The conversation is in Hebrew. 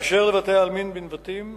באשר לבתי-העלמין בנבטים,